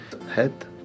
Head